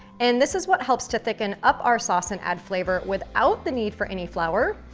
and this is what helps to thicken up our sauce and add flavor without the need for any flour,